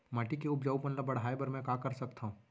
माटी के उपजाऊपन ल बढ़ाय बर मैं का कर सकथव?